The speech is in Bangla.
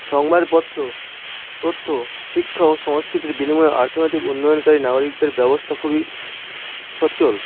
সংবাদপত্র তথ্য শিক্ষা ও সংস্কৃতির বিনিময়ে আর্থনৈতিক উন্নয়নকারী নাগরিকদের ব্যবস্তা খুবই সচ্চল